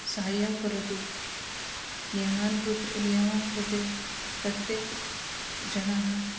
सहायं करोतु नियमान् कृते नियमान् कृते प्रत्येकं जनाः